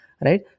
right